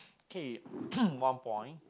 okay one point